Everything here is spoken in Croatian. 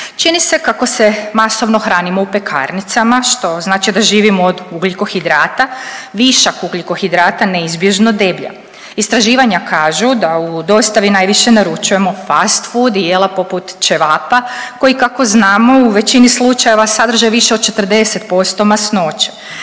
Čini se kako se masovno hranimo u pekarnicama, što znači da živimo od ugljikohidrata, višak ugljikohidrata neizbježno deblja. Istraživanja kažu da u dostavi najviše naručujemo Fastfood i jela poput ćevapa koji kako znamo u većini slučajeva sadrže više od 40% masnoće,